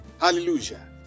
Hallelujah